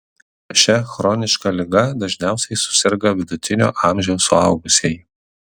šia chroniška liga dažniausiai suserga vidutinio amžiaus suaugusieji